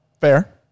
Fair